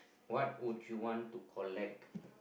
what would you want to collect